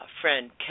friend